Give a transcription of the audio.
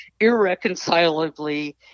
irreconcilably